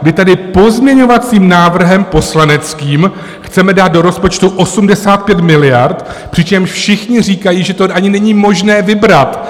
Vy tady pozměňovacím návrhem poslaneckým chcete dát do rozpočtu 85 miliard, přičemž všichni říkají, že to ani není možné vybrat.